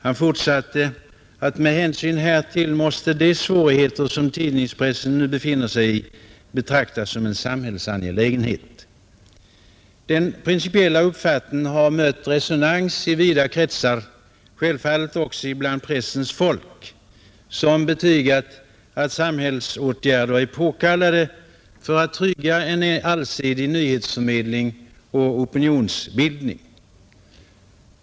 Han fortsatte: ”Med hänsyn härtill måste de svårigheter, som tidningspressen nu befinner sig i, betraktas som en samhällsangelägenhet.” Denna principiella uppfattning har mött resonans i vida kretsar, också bland pressens folk, som betygat att samhällsåtgärder är påkallade för att trygga en allsidig nyhetsförmedling och opinionsbildning.